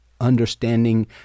understanding